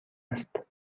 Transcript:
است